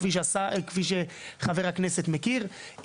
כפי שחבר הכנסת מכיר,